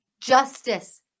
justice